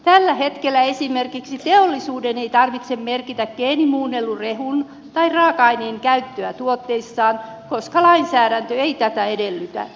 tällä hetkellä esimerkiksi teollisuuden ei tarvitse merkitä geenimuunnellun rehun tai raaka aineen käyttöä tuotteissaan koska lainsäädäntö ei tätä edellytä